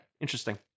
Interesting